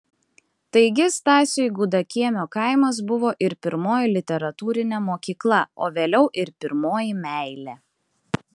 taigi stasiui gudakiemio kaimas buvo ir pirmoji literatūrinė mokykla o vėliau ir pirmoji meilė